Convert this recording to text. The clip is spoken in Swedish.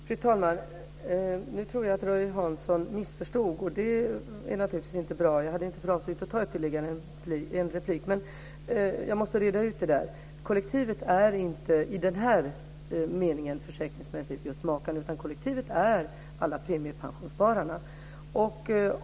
Fru talman! Nu tror jag att Roy Hansson missförstod, och det är naturligtvis inte bra. Jag hade inte för avsikt att ta ytterligare en replik, men jag måste reda ut det där. Kollektivet är inte i denna mening - försäkringsmässigt - makarna, utan kollektivet är alla premiepensionsspararna.